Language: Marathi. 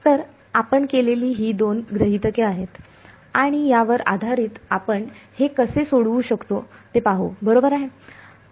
तर आपण केलेली ही दोन गृहितक आहेत आणि यावर आधारित आपण हे कसे सोडवू शकतो ते पाहू बरोबर आहे